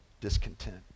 discontent